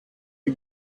die